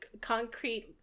concrete